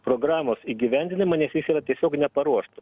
programos įgyvendinimą nes jis yra tiesiog neparuošta